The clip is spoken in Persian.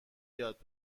یاد